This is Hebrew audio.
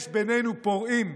יש בינינו פורעים,